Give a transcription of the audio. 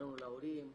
קראנו להורים,